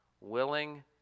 Willing